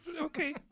Okay